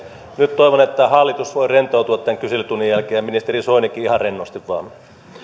nyt toivon että hallitus voi rentoutua tämän kyselytunnin jälkeen ja ministeri soinikin ihan rennosti